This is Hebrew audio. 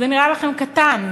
זה נראה לכם קטן.